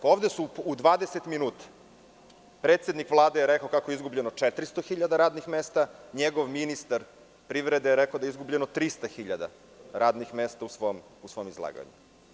Ovde u 20 minuta predsednik Vlade je rekao kako je izgubljeno 400.000 radnih mesta, njegov ministar privrede je rekao da je izgubljeno 300.000 radnih mesta u svom izlaganju.